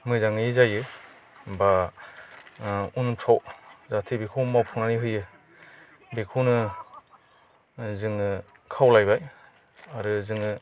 मोजाङै जायो बा उनफ्राव जाहाथे बेखौ मावफुंनानै होयो बेखौनो जोङो खावलायबाय आरो जोङो